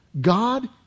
God